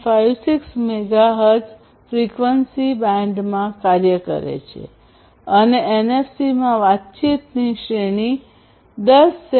56 megahertz frequency બેન્ડમાં કાર્ય કરે છે અને એનએફસીમાં વાતચીતની શ્રેણી 10 સે